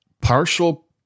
Partial